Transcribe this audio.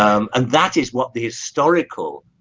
um and that is what the historical?